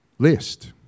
List